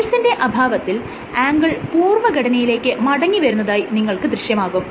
ഫോഴ്സിന്റെ അഭാവത്തിൽ ആംഗിൾ പൂർവഘടനയിലേക്ക് മടങ്ങിവരുന്നതായി നിങ്ങൾക്ക് ദൃശ്യമാകും